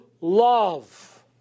love